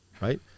Right